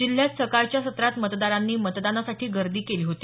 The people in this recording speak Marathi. जिल्ह्यात सकाळच्या सत्रात मतदारांनी मतदानासाठी गर्दी केली होती